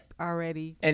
already